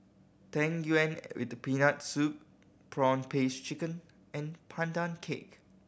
Tang Yuen with Peanut Soup prawn paste chicken and Pandan Cake